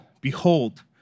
behold